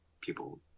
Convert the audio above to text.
people